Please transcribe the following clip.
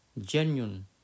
genuine